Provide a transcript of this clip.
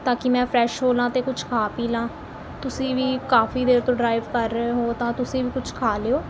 ਤਾਂ ਕਿ ਮੈਂ ਫਰੈਸ਼ ਹੋ ਲਵਾਂ ਅਤੇ ਕੁਛ ਖਾ ਪੀ ਲਵਾਂ ਤੁਸੀਂ ਵੀ ਕਾਫੀ ਦੇਰ ਤੋਂ ਡਰਾਈਵ ਕਰ ਰਹੇ ਹੋ ਤਾਂ ਤੁਸੀਂ ਵੀ ਕੁਛ ਖਾ ਲਿਓ